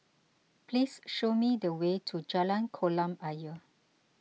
please show me the way to Jalan Kolam Ayer